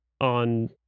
on